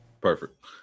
Perfect